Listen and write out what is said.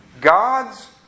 God's